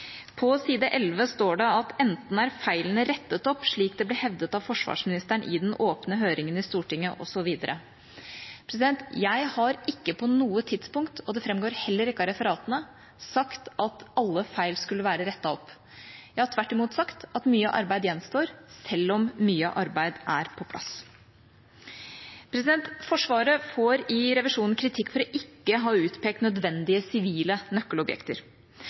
På side 11 står det: «Enten er feilene rettet opp, slik det ble hevdet av forsvarsministeren i den åpne høringen og i Stortinget Jeg har ikke på noe tidspunkt – og det framgår heller ikke av referatene – sagt at alle feil skulle være rettet opp. Jeg har tvert imot sagt at mye arbeid gjenstår, selv om mye arbeid er på plass. Forsvaret får i revisjonen kritikk for ikke å ha utpekt nødvendige sivile nøkkelobjekter.